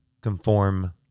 conform